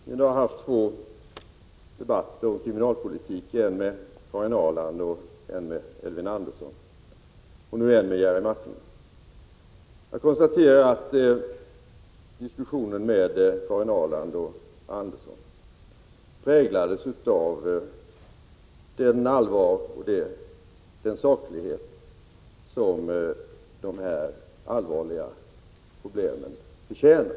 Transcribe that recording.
Herr talman! Jag har nu fört två debatter om kriminalpolitiken — en med Karin Ahrland och en med Elving Andersson. Nu för jag en med Jerry Martinger. Jag konstaterar att diskussionerna med Karin Ahrland och med Elving Andersson präglades av det allvar och den saklighet som de här problemen förtjänar.